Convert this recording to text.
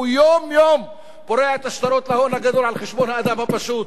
והוא יום-יום פורע את השטרות להון הגדול על חשבון האדם הפשוט.